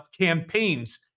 campaigns